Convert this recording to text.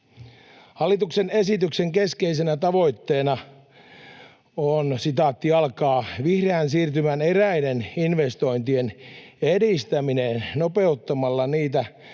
Hallituksen esityksen keskeisenä tavoitteena on ”vihreän siirtymän eräiden investoin-tien edistäminen nopeuttamalla niitä